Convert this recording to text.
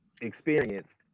experienced